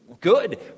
good